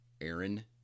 Aaron